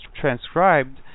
transcribed